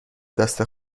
دست